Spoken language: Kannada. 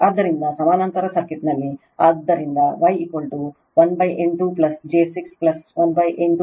ಆದ್ದರಿಂದ ಸಮಾನಾಂತರ ಸರ್ಕ್ಯೂಟ್ನಲ್ಲಿ ಆದ್ದರಿಂದ Y18 j 6 18